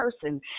person